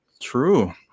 True